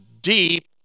deep